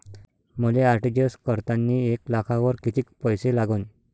मले आर.टी.जी.एस करतांनी एक लाखावर कितीक पैसे लागन?